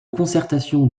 concertation